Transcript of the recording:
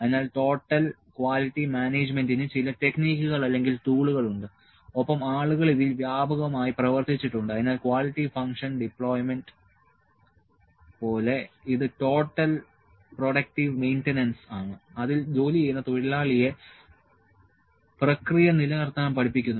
അതിനാൽ total quality മാനേജ്മെന്റിന് ചില ടെക്നിക്കുകൾ അല്ലെങ്കിൽ ടൂളുകൾ ഉണ്ട് ഒപ്പം ആളുകൾ ഇതിൽ വ്യാപകമായി പ്രവർത്തിച്ചിട്ടുണ്ട് അതിനാൽ ക്വാളിറ്റി ഫംഗ്ഷൻ ഡിപ്ലോയ്മെന്റ് പോലെ അത് ടോട്ടൽ പ്രൊഡക്ടിവ് മെയ്ന്റെനൻസ് ആണ് അതിൽ ജോലി ചെയ്യുന്ന തൊഴിലാളിയെ പ്രക്രിയ നിലനിർത്താൻ പഠിപ്പിക്കുന്നു